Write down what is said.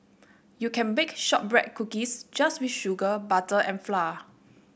you can bake shortbread cookies just with sugar butter and flour